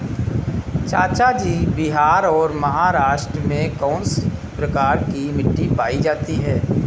चाचा जी बिहार और महाराष्ट्र में कौन सी प्रकार की मिट्टी पाई जाती है?